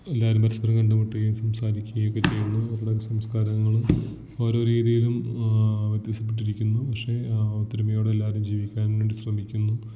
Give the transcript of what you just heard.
എല്ലാവരും പരസ്പരം കണ്ടുമുട്ടുകയും സംസാരിക്കുകയും ഒക്കെ ചെയ്യുന്നു അവരുടെ സംസ്കാരങ്ങളും ഓരോ രീതിയിലും വ്യത്യസ്തപ്പെട്ടിരിക്കുന്നു പക്ഷേ ഒത്തൊരുമയോടെ എല്ലാവരും ജീവിക്കാന് വേണ്ടി ശ്രമിക്കുന്നു